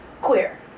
Queer